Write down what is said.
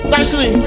Nicely